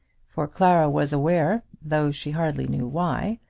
for clara was aware, though she hardly knew why,